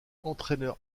entraîneur